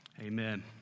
amen